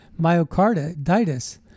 myocarditis